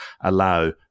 allow